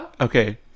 Okay